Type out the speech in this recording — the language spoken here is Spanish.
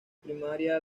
primaria